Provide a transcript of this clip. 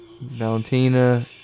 Valentina